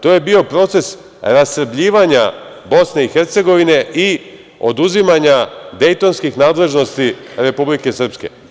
To je bio proces rasrbljivanja BiH i oduzimanja Dejtonskih nadležnosti Republike Srpske.